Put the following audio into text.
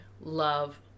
love